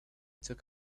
took